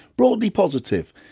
broadly positive.